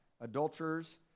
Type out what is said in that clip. adulterers